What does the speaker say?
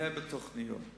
זה בתוכניות.